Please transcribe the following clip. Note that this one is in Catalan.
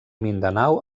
mindanao